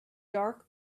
dark